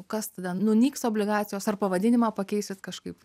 kas tada nunyks obligacijos ar pavadinimą pakeisit kažkaip